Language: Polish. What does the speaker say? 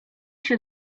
się